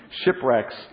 shipwrecks